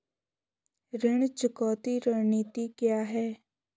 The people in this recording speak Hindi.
ऋण चुकौती रणनीति क्या है?